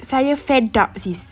saya fed up sis